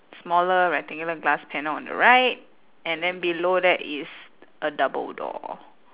smaller rectangular glass panel on the right and then below that is a double door